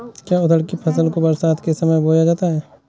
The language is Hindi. क्या उड़द की फसल को बरसात के समय बोया जाता है?